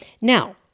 Now